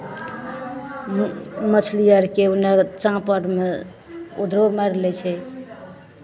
म मछली आरके ओन्नऽ चाँपरमे उधरो मारि लै छै